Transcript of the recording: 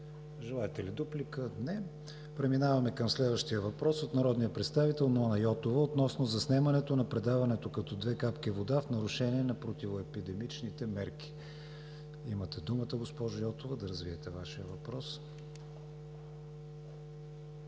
Желаете ли дуплика? Не. Преминаваме към следващия въпрос – от народния представител Нона Йотова относно заснемането на предаването „Като две капки вода“ в нарушение на противоепидемичните мерки. Имате думата, госпожо Йотова, да развиете Вашия въпрос. НОНА